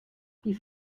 die